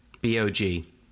B-O-G